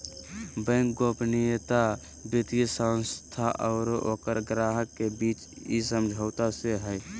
bank गोपनीयता वित्तीय संस्था आरो ओकर ग्राहक के बीच इ समझौता से हइ